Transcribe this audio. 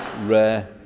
rare